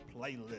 playlist